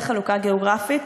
בחלוקה גיאוגרפית.